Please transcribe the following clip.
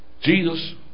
Jesus